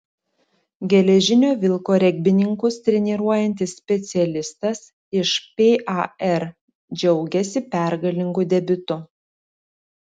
geležinio vilko regbininkus treniruojantis specialistas iš par džiaugiasi pergalingu debiutu